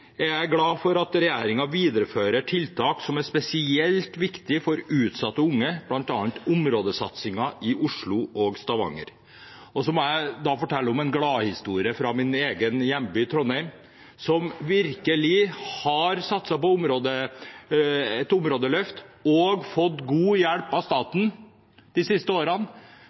jeg glad for at regjeringen viderefører tiltak som er spesielt viktig for utsatte unge, bl.a. områdesatsingen i Oslo og Stavanger. Jeg må fortelle en gladhistorie fra min egen hjemby, Trondheim, som virkelig har satset på et områdeløft og fått god hjelp av staten de siste årene.